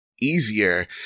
easier